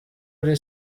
uri